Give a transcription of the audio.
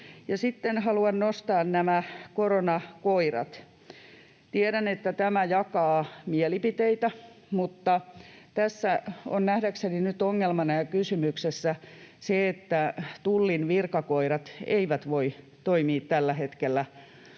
Sitten haluan nostaa nämä koronakoirat. Tiedän, että tämä jakaa mielipiteitä, mutta tässä on nähdäkseni nyt ongelmana ja kysymyksessä se, että Tullin virkakoirat eivät voi toimia tällä hetkellä